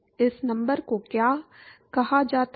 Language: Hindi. इस नंबर को क्या कहा जाता है